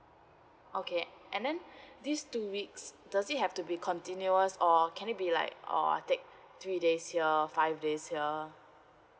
okay and then these two weeks does it have to be continuous or can it be like or I take three days here five days here